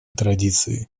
традиции